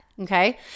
okay